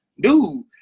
dude